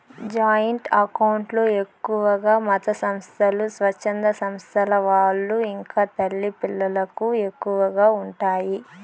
joint account లో ఎక్కువగా మతసంస్థలు, స్వచ్ఛంద సంస్థల వాళ్ళు ఇంకా తల్లి పిల్లలకు ఎక్కువగా ఉంటాయి